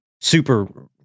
super